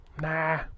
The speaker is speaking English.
Nah